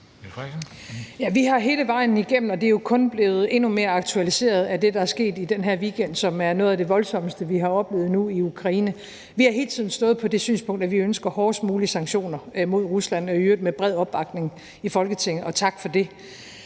Vi har hele vejen igennem – og det er jo kun blevet endnu mere aktualiseret af det, der er sket i den her weekend, som er noget af det voldsomste, vi endnu har oplevet i Ukraine – stået på det synspunkt, at vi ønsker de hårdest mulige sanktioner mod Rusland og i øvrigt med en bred opbakning i Folketinget, og tak for det.